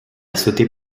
sauté